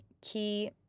key